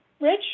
Rich